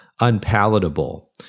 unpalatable